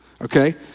Okay